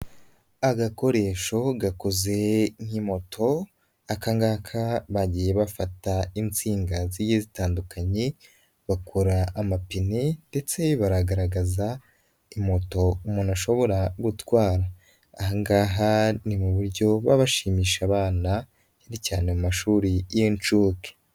Agakoresho gakoze nk'imoto, aka ngaka bagiye bafata insingaziye zitandukanye, bakora amapine ndetse bagaragaza imoto umuntu ashobora gutwara. Aha ngaha ni mu buryo baba bashimisha abana cyane cyane mu mashuri y'inshuke.